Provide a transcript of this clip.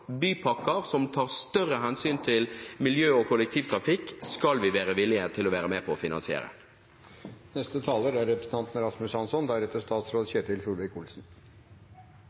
bypakker fra Møre-byene hadde vært imøtekommende og sagt: Bypakker som tar større hensyn til miljø og kollektivtrafikk, skal vi være villige til å være med på å finansiere. Representanten